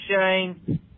Shane